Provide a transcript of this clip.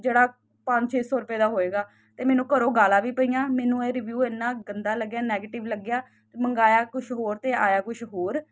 ਜਿਹੜਾ ਪੰਜ ਛੇ ਸੋ ਰੁਪਏ ਦਾ ਹੋਏਗਾ ਤੇ ਮੈਨੂੰ ਘਰੋਂ ਗਾਲਾਂ ਵੀ ਪਈਆਂ ਮੈਨੂੰ ਇਹ ਰਿਵਿਊ ਇਨਾ ਗੰਦਾ ਲੱਗਿਆ ਨੈਗਟਿਵ ਲੱਗਿਆ ਮੰਗਾਇਆ ਕੁਝ ਹੋਰ ਤੇ ਆਇਆ ਕੁਝ ਹੋਰ